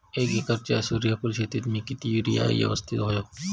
एक एकरच्या सूर्यफुल शेतीत मी किती युरिया यवस्तित व्हयो?